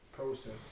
Process